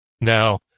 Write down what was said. Now